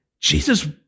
Jesus